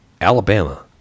Alabama